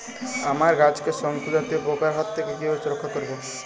আমার গাছকে শঙ্কু জাতীয় পোকার হাত থেকে কিভাবে রক্ষা করব?